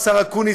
השר אקוניס,